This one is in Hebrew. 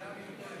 שאלה מיותרת,